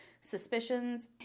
suspicions